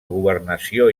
governació